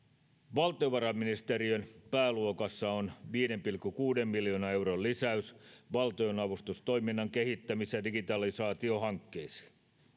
valtiovarainministeriön pääluokassa on viiden pilkku kuuden miljoonan euron lisäys valtionavustustoiminnan kehittämiseen ja digitalisaatiohankkeisiin